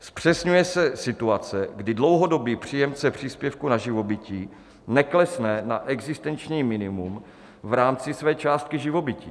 Zpřesňuje se situace, kdy dlouhodobý příjemce příspěvku na živobytí neklesne na existenční minimum v rámci své částky živobytí.